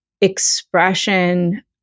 expression